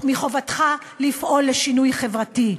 מחובתך לפעול לשינוי חברתי.